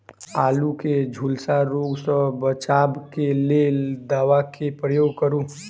आलु केँ झुलसा रोग सऽ बचाब केँ लेल केँ दवा केँ प्रयोग करू?